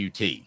UT